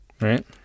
Right